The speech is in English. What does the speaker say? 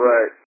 Right